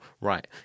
right